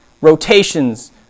rotations